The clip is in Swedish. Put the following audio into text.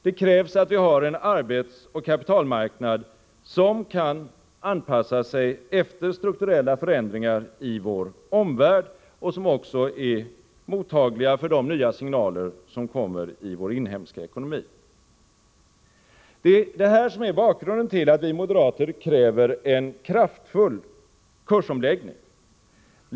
Det krävs att vi har en arbetsoch kapitalmarknad som kan anpassa sig efter strukturella förändringar i vår omvärld och som är mottaglig för de nya signaler som kommer från vår inhemska ekonomi. Detta är bakgrunden till att vi moderater kräver en kraftfull kursomläggning.